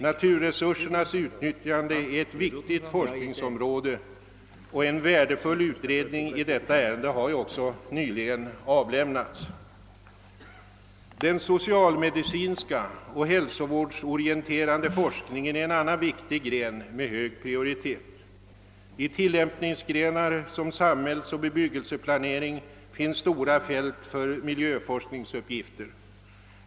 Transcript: Naturresursernas utnyttjande är ett viktigt forskningsområde, och en värdefull utredning i detta ärende har också nyligen avlämnats. Den socialmedicinska och hälsovårdsorienterande forskningen är en annan viktig gren med hög prioritet. I tilllämpningsgrenar såsom samhällsoch bebyggelseplanering finns stora fält för miljöforskningsuppgifter.